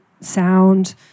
sound